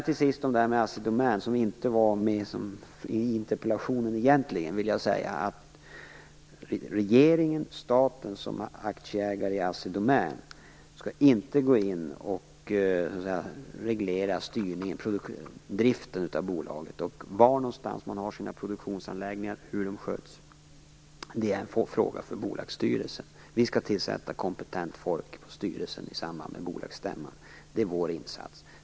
Till sist frågan om Assi Domän, som inte var med i interpellationen. Staten skall som aktieägare i Assi Domän inte reglera driften av bolaget, var man har sina produktionsanläggningar eller hur de sköts. Det är en fråga för bolagsstyrelsen. Vi skall tillsätta kompetent folk i styrelsen i samband med bolagsstämman. Det är vår insats.